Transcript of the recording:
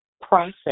process